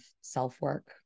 self-work